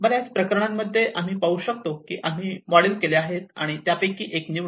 बर्याच प्रकरणांमध्ये आम्ही पाहू शकतो की आम्ही मॉडेल केले आहे आणि त्यापैकी एक निवडा